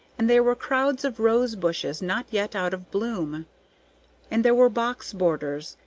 and there were crowds of rose-bushes not yet out of bloom and there were box borders,